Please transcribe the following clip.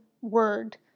word